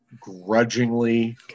grudgingly